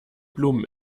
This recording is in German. blumen